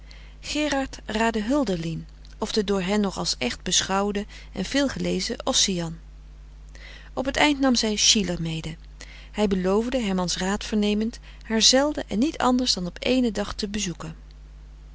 gerard raadde hölderlin of den door hen nog als echt beschouwden en veelgelezen ossian op t eind nam zij schiller mede hij beloofde hermans raad vernemend haar zelden en niet anders dan op éénen dag te bezoeken